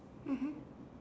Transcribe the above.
mmhmm